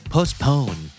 Postpone